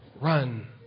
run